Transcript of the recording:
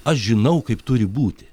aš žinau kaip turi būti